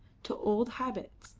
to old habits,